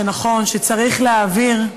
שנכון, שצריך להעביר,